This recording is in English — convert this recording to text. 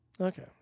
Okay